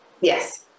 Yes